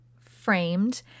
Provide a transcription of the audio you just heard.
framed